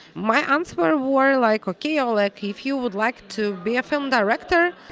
my answer were were like, okay oleg, if you would like to be a film director,